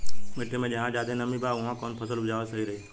मिट्टी मे जहा जादे नमी बा उहवा कौन फसल उपजावल सही रही?